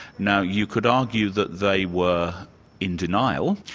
now you could argue that they were in denial.